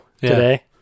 today